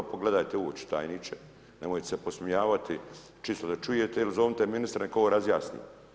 Pogledajte u oči tajniče, nemojte se podsmjehavati čisto da čujete ili zovnite ministra nek' ovo razjasni.